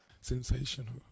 Sensational